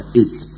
eight